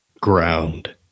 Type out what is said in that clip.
ground